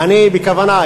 אני בכוונה,